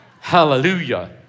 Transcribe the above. Hallelujah